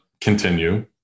continue